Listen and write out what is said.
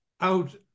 out